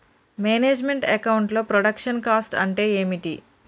Manage meant account లో production cost అంటే ఏమిటి?